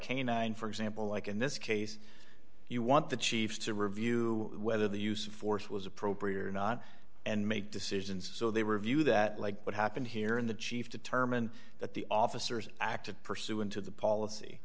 canine for example like in this case you want the chiefs to review whether the use of force was appropriate or not and make decisions so they review that like what happened here in the chief determine that the officers acted pursuant to the policy